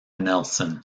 nelson